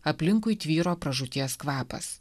aplinkui tvyro pražūties kvapas